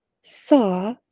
saw